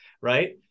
right